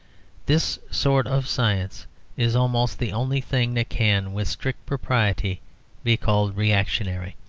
this sort of science is almost the only thing that can with strict propriety be called reactionary.